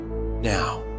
Now